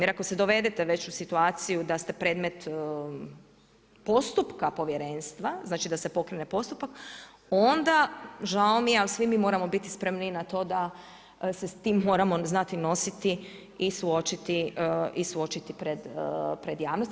Jer ako se dovedete već u situaciju, da ste predmet postupka povjerenstva, znači da se pokrene postupak, onda žao, mi je, ali svi mi moramo biti spremni na to da se s tim moramo znati nositi i suočiti pred javnosti.